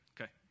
Okay